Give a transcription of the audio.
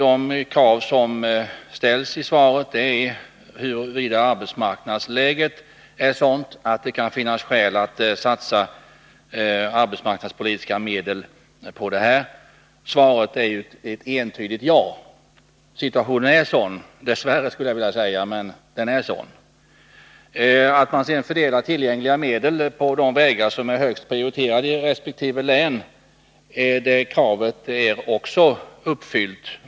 Ett krav som anges i svaret är att arbetsmarknadsläget är sådant att det kan finnas skäl att satsa arbetsmarknadspolitiska medel. Situationen i länet är entydigt sådan — dess värre, skulle jag vilja säga. Även kravet på att man fördelar tillgängliga medel på de vägar som är högst prioriterade i resp. län är uppfyllt.